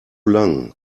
lang